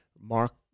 mark